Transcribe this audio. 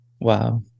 Wow